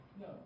No